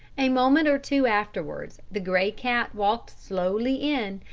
a moment or two afterwards the grey cat walked slowly in,